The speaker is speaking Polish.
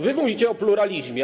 Wy mówicie o pluralizmie.